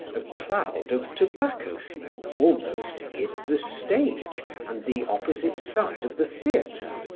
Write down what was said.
a cloud of tobacco smoke almost hid the stage and the opposite side of the theater.